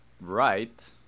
right